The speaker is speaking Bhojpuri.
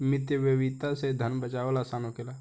मितव्ययिता से धन बाचावल आसान होखेला